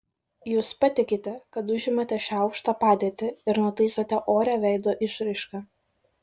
jūs patikite kad užimate šią aukštą padėtį ir nutaisote orią veido išraišką